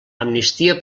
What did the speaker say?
amnistia